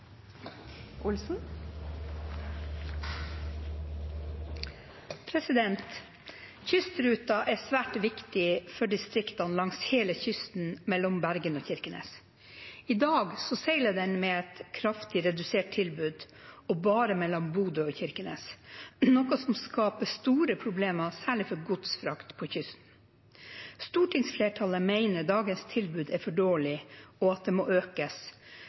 er svært viktig for distriktene langs hele kysten mellom Bergen og Kirkenes. I dag seiler den med et kraftig redusert tilbud, og bare mellom Bodø og Kirkenes, noe som skaper store problemer særlig for godsfrakt på kysten. Stortingsflertallet mener dagens tilbud er for dårlig og at det må økes.